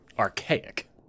archaic